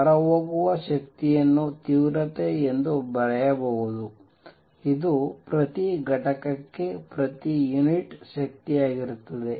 ಹೊರಹೋಗುವ ಶಕ್ತಿಯನ್ನು ತೀವ್ರತೆ ಎಂದು ಬರೆಯಬಹುದು ಇದು ಪ್ರತಿ ಘಟಕಕ್ಕೆ ಪ್ರತಿ ಯೂನಿಟ್ ಗೆ ಶಕ್ತಿಯಾಗಿರುತ್ತದೆ